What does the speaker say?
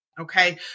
okay